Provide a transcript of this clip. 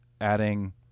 adding